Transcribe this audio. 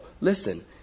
Listen